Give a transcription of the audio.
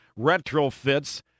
retrofits